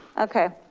okay.